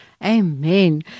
Amen